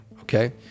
okay